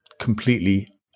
completely